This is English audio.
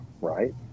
right